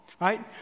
right